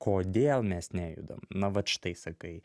kodėl mes nejudam na vat štai sakai